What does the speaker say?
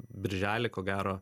birželį ko gero